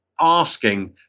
asking